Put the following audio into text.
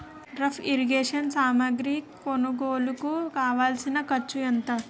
drip irrigation సామాగ్రి కొనుగోలుకు కావాల్సిన ఖర్చు ఎంత